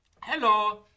Hello